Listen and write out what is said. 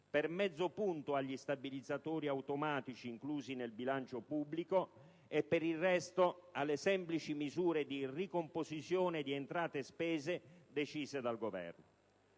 per mezzo punto agli stabilizzatori automatici inclusi nel bilancio pubblico e per il resto alle semplici misure di ricomposizione di entrate e spese decise dal Governo".